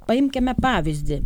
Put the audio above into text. paimkime pavyzdį